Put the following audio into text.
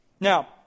Now